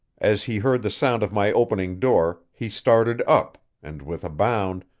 as he heard the sound of my opening door he started up, and with a bound,